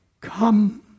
come